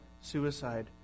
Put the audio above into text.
suicide